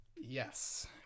Yes